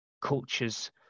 cultures